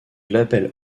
label